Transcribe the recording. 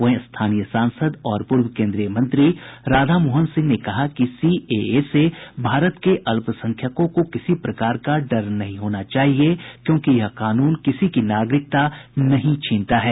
वहीं स्थानीय सांसद और पूर्व केन्द्रीय मंत्री राधामोहन सिंह ने कहा कि सीएए से भारत के अल्पसंख्यकों को किसी प्रकार का डर नहीं होना चाहिए क्योंकि यह कानून किसी की नागरिकता नहीं छीनता है